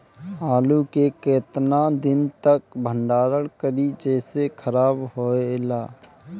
आलू के केतना दिन तक भंडारण करी जेसे खराब होएला?